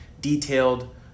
detailed